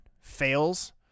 fails